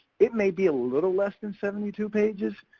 it may be a little less than seventy two pages,